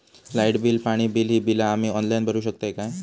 Light bill, पाणी bill, ही बिला आम्ही ऑनलाइन भरू शकतय का?